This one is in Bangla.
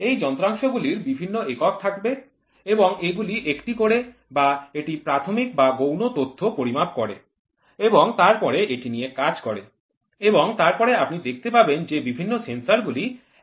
এই যন্ত্রাংশগুলির বিভিন্ন একক থাকবে এবং এগুলি একটি করে বা এটি প্রাথমিক বা গৌণ তথ্য পরিমাপ করে এবং তারপরে এটি নিয়ে কাজ করে এবং তারপরে আপনি দেখতে পাবেন যে বিভিন্ন সেন্সর গুলি একে অপরের সাথে যুক্ত হয়ে আছে